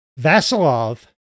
Vasilov